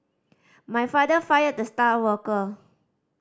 my father fired the star worker